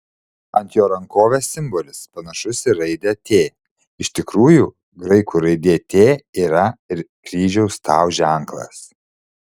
ant jo rankovės simbolis panašus į raidę t iš tikrųjų graikų raidė t yra ir kryžiaus tau ženklas